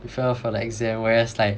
prepare for the exam whereas like